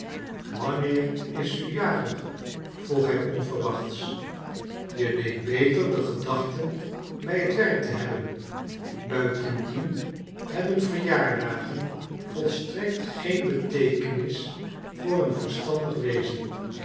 wanneer is u jarig vroeg hij onverwacht je deedt beter de gedachten bij het werk te hebben buitendien hebben verjaardagen volstrekt geen beteekenis voor een verstandig wezen